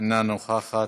אינה נוכחת,